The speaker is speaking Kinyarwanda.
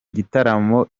gitaramo